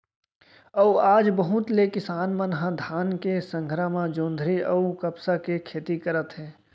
अउ आज बहुत ले किसान मन ह धान के संघरा म जोंधरी अउ कपसा के खेती करत हे